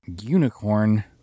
unicorn